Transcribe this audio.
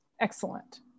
excellent